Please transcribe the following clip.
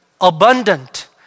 abundant